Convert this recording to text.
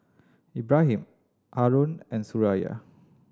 Ibrahim Haron and Suraya